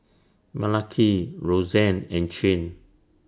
Malaki Roxanne and Chin